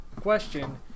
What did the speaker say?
question